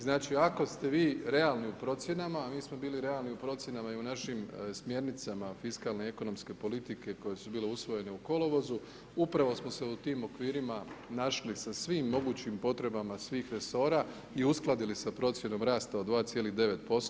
Znači ako ste vi realni u procjenama a mi smo bili realni u procjenama i u našim smjernicama fiskalne i ekonomske politike koje su bile usvojene u kolovozu, upravo smo se u tim okvirima našli sa svim mogućim potrebama svih resora i uskladili sa procjenom rasta od 2,9%